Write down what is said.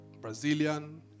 Brazilian